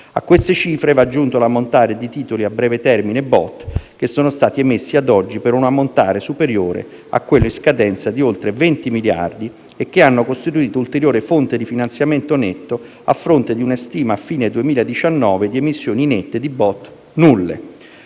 A queste cifre, va aggiunto l'ammontare di titoli a breve termine BOT, che sono stati emessi a oggi per un ammontare superiore a quelli in scadenza di oltre 20 miliardi e che hanno costituito ulteriore fonte di finanziamento netto, a fronte di una stima a fine 2019 di emissioni nette di BOT nulle.